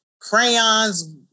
crayons